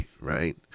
Right